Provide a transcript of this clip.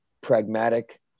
pragmatic